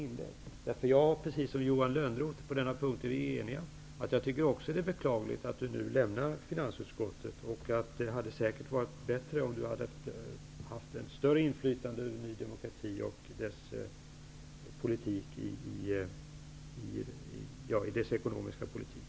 Jag tycker precis som Johan Lönnroth att det är beklagligt att Bo G Jenevall nu lämnar finansutskottet -- på denna punkt är vi eniga. Det hade säkert varit bättre om Bo G Jenevall hade haft ett större inflytande över Ny demokrati och dess ekonomiska politik.